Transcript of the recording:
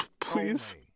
Please